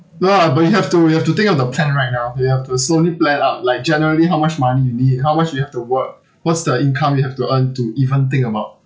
no lah but you have to you have to think of the plan right now you have to slowly plan out like generally how much money you need how much you have to work what's the income you have to earn to even think about